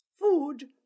Food